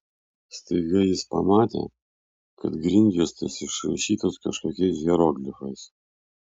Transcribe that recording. staiga jis pamatė kad grindjuostės išrašytos kažkokiais hieroglifais